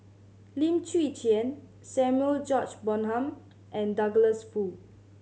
Lim Chwee Chian Samuel George Bonham and Douglas Foo